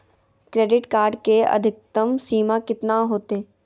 Credit card के अधिकतम सीमा कितना होते?